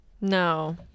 no